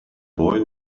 boy